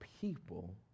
people